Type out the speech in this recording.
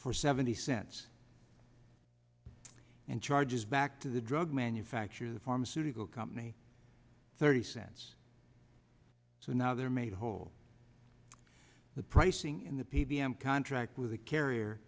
for seventy cents and charges back to the drug manufacturer the pharmaceutical company thirty cents so now they're made whole the pricing in the p b m contract with the carrier